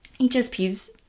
HSPs